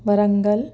Warangal